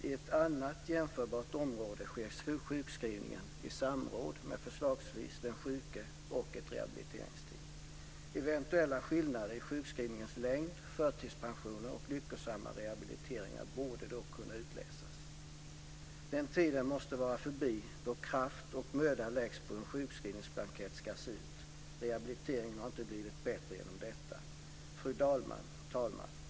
I ett annat jämförbart område sker sjukskrivningen i samråd med förslagsvis den sjuke och ett rehabiliteringsteam. Eventuella skillnader i sjukskrivningens längd, förtidspensioner och lyckosamma rehabiliteringar borde då kunna utläsas. Den tiden måste vara förbi då kraft och möda läggs på hur en sjukskrivningsblankett ska se ut. Rehabiliteringen har inte blivit bättre genom detta. Fru talman!